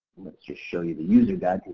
let's just show you the user guide.